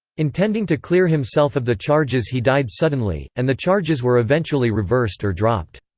intending to clear himself of the charges he died suddenly, and the charges were eventually reversed or dropped.